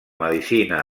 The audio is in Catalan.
medicina